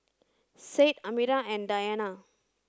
Said Amirah and Diyana